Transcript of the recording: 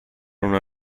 una